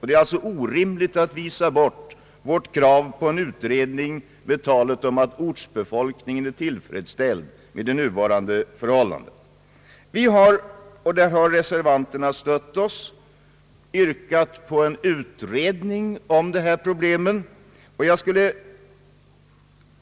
Det är därför orimligt att avvisa vårt krav på en utredning med talet om att ortsbefolkningen är tillfredsställd med nuvarande förhållanden. Reservanterna har stött oss i vårt yrkande på en utredning kring dessa problem.